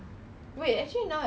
they combine together